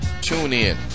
TuneIn